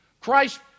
Christ